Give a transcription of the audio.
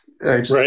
Right